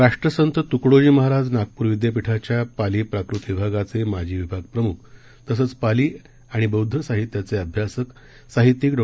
राष्ट्रसंत तुकडोजी महाराज नागपूर विद्यापिठाच्या पाली प्राकृत विभागाचे माजी विभाग प्रमुख तसंच पाली आणि बौद्ध साहित्याचे अभ्यासक साहित्यीक डॉ